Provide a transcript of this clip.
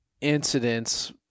incidents